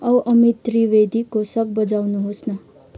औ अमित त्रिवेदीको शक बजाउनुहोस् न